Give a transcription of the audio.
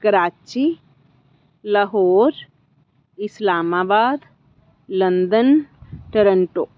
Karachi Lahore Islamabad London Toronto